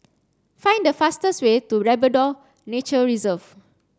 find the fastest way to Labrador Nature Reserve